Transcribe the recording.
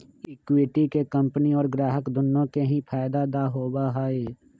equity के company और ग्राहक दुन्नो के ही फायद दा होबा हई